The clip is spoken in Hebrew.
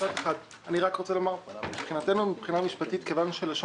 אני רק רוצה לומר שמבחינתנו מבחינה משפטית כיוון שלשון